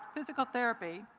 physical therapy,